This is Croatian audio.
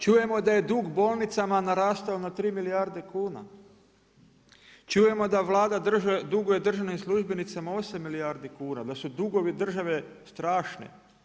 Čujemo da je dug bolnicama narastao na 3 milijarde kuna, čujemo da Vlada duguje državnim službenicama 8 milijardi kuna, da su dugovi države strašni.